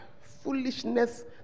Foolishness